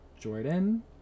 jordan